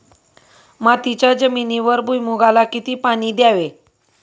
मातीच्या जमिनीवर भुईमूगाला किती पाणी द्यावे?